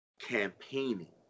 campaigning